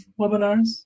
webinars